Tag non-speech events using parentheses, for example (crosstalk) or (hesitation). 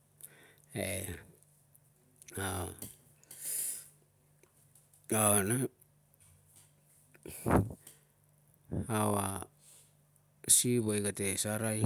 (hesitation) (noise) si woe kate sarai,